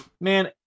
man